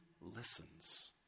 listens